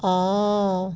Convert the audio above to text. ah